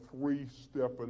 three-step